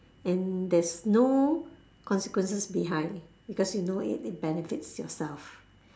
and there's no consequences behind because you know it it benefits yourself